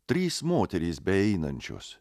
trys moterys beeinančios